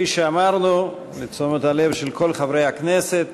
כפי שאמרנו, לתשומת הלב של כל חברי הכנסת: